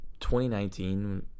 2019